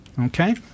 okay